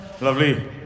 Lovely